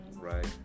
Right